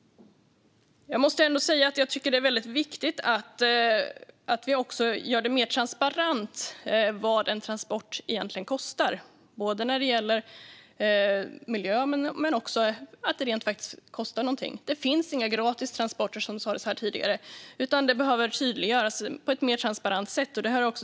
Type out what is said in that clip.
Jag tycker att det är mycket viktigt att vi också gör det mer transparent vad en transport egentligen kostar när det gäller miljö och annat. Det finns inga gratis transporter, som det sas här tidigare. Detta behöver tydliggöras på ett mer transparent sätt.